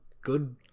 good